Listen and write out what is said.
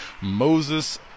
moses